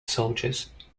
soldiers